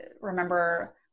remember